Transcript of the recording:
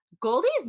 Goldie's